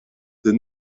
the